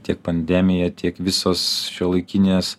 tiek pandemija tiek visos šiuolaikinės